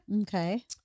Okay